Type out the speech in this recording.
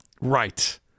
Right